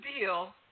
deal